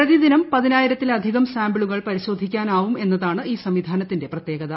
പ്രതിദിനം പതിനായിരത്തിലധികം സാമ്പിളുകൾ പരിശോധിക്കാനാവുമെന്നതാണ് ഈ സംവിധാനത്തിന്റെ പ്രത്യേകത